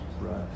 right